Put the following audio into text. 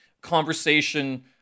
conversation